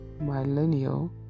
Millennial